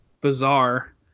bizarre